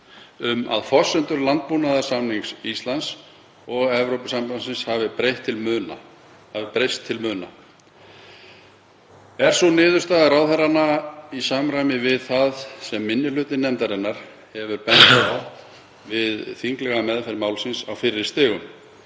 um að forsendur landbúnaðarsamnings Íslands og Evrópusambandsins hafi breyst til muna. Er sú niðurstaða ráðherranna í samræmi við það sem minni hluti nefndarinnar hefur bent á við þinglega meðferð málsins á fyrri stigum.